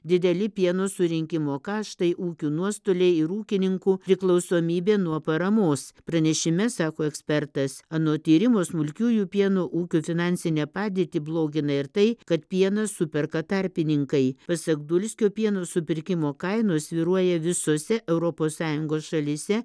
dideli pieno surinkimo kaštai ūkių nuostoliai ir ūkininkų priklausomybė nuo paramos pranešime sako ekspertas anot tyrimo smulkiųjų pieno ūkių finansinę padėtį blogina ir tai kad pieną superka tarpininkai pasak dulskio pieno supirkimo kainos svyruoja visose europos sąjungos šalyse